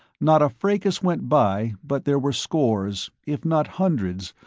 not a fracas went by but there were scores, if not hundreds,